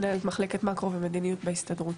מנהלת מחלקת מקרו ומדיניות בהסתדרות.